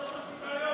סעיף תקציבי 04,